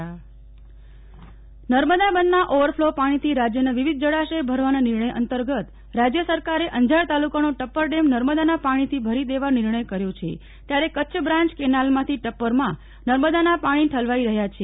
Nehal Thakkar Tappar dam Narmada બંધના overflow પાણીથી રાજ્યના વિવિધ જળાશય ભરવાના નિર્ણય અંતર્ગત રાજ્ય સરકારે અંજાર તાલુકાનો ટપ્પર ડેમ નર્મદાના પાણીથી ભરી દેવાનો નિર્ણથ કર્યો છે ત્યારે કચ્છ બ્રાંય કેનાલમાંથી તાપ્પારમાં નર્મદાના પાણી ઠલવાઈ રહ્યા છે